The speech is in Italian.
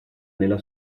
nella